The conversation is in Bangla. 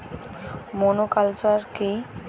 মনোকালচার কি?